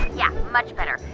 yeah, much better.